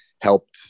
helped